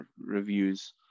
reviews